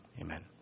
Amen